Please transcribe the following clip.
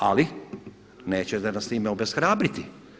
Ali, nećete nas time obeshrabriti.